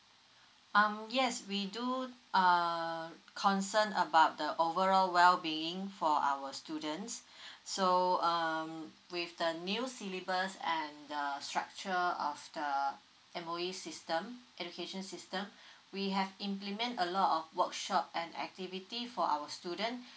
um yes we do err concern about the overall well being for our students so um with the new syllabus and the structure of the M_O_E system education system we have implement a lot of workshop and activity for our student